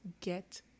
Get